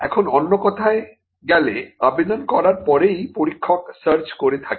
এখন অন্য কথায় গেলে আবেদন করার পরে ই পরীক্ষক সার্চ করে থাকে